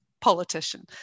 politician